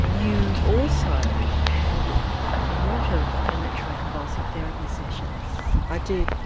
you also had a lot of electro-convulsive therapy sessions? i did,